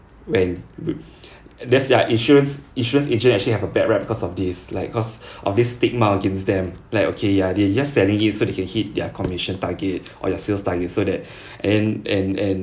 when that's ya insurance insurance agent actually have a bad rep because of this like cause all these stigma against them like okay ya they are just selling to you so that they can hit their commission target or their sales target so that and then and and